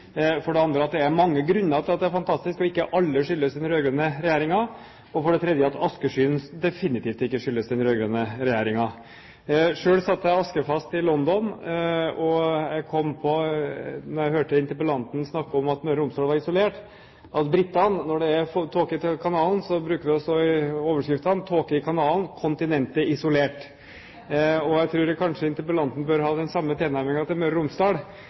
for det andre at det er mange grunner til at det er fantastisk – og at ikke alle skyldes den rød-grønne regjeringen – og for det tredje at askeskyen definitivt ikke skyldes den rød-grønne regjeringen. Selv satt jeg askefast i London. Da jeg hørte interpellanten snakke om at Møre og Romsdal var isolert, kom jeg på at når det er tåke i kanalen, bruker det å stå i britiske overskrifter: tåke i kanalen, kontinentet isolert. Jeg tror kanskje interpellanten bør ha den samme tilnærmingen til Møre og Romsdal,